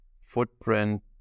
footprint